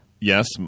yes